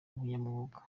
ubunyamwuga